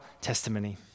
testimony